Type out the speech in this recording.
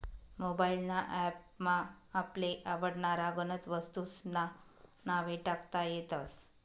mobile ना app मा आपले आवडनारा गनज वस्तूंस्ना नावे टाकता येतस